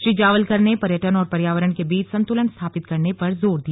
श्री जावलकर ने पर्यटन और पर्यावरण के बीच संतुलन स्थापित करने पर जोर दिया